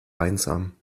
einsam